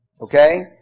Okay